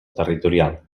territorial